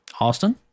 Austin